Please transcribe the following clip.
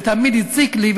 זה תמיד הציק לי,